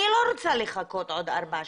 אני לא רוצה לחכות עוד ארבע שנים,